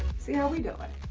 see how we doin'.